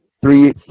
three